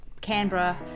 Canberra